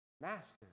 master